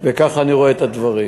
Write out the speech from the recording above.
וכך אני רואה את הדברים.